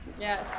Yes